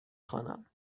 خوانم